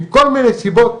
מכל מיני סיבות,